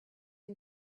and